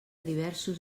diversos